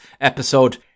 episode